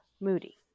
Moody